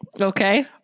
Okay